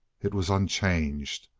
it was unchanged.